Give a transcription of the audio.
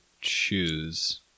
choose